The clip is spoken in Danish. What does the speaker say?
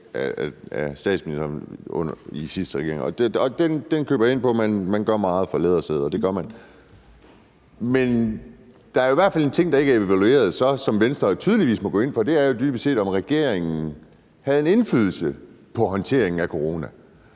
af statsministeren i den sidste regering, og den køber jeg ind på – man gør meget for lædersæder; det gør man. Men der er jo i hvert fald en ting, der ikke er evalueret, og som Venstre jo så tydeligvis må gå ind for, og det er dybest set, om regeringen havde en indflydelse på håndteringen af corona.